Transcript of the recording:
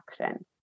action